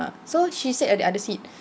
uh so she sat at the other seat